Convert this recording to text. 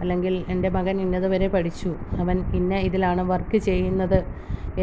അല്ലെങ്കിൽ എൻ്റെ മകൻ ഇന്നതുവരെ പഠിച്ചു അവൻ ഇന്ന ഇതിലാണ് വർക്ക് ചെയ്യുന്നത്